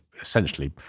essentially